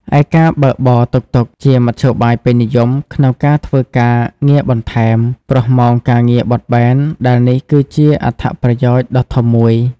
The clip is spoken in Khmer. ឯការបើកបរតុកតុក ជាមធ្យោបាយពេញនិយម ក្នុងការធ្វើការងារបន្ថែម ព្រោះម៉ោងការងារបត់បែនដែលនេះគឺជាអត្ថប្រយោជន៍ដ៏ធំមួយ។